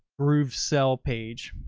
bruv sell page.